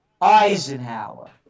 Eisenhower